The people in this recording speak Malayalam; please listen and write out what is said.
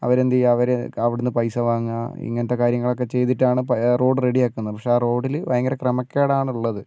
അവര് എന്തെയ്യാ അവര് അവിടുന്ന് പൈസ വാങ്ങുക ഇങ്ങനത്തെ കാര്യങ്ങൾ ഒക്കെ ചെയ്തിട്ടാണ് റോഡ് റെഡിയാക്കുക പക്ഷെ ആ റോഡിൽ ഭയങ്കര ക്രമക്കേടാണ് ഉള്ളത്